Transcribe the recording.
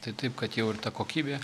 tai taip kad jau ir ta kokybė